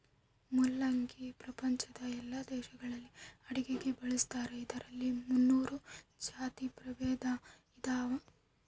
ಮುಲ್ಲಂಗಿ ಪ್ರಪಂಚದ ಎಲ್ಲಾ ದೇಶಗಳಲ್ಲಿ ಅಡುಗೆಗೆ ಬಳಸ್ತಾರ ಇದರಲ್ಲಿ ಮುನ್ನೂರು ಜಾತಿ ಪ್ರಭೇದ ಇದಾವ